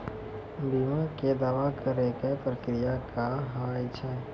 बीमा के दावा करे के प्रक्रिया का हाव हई?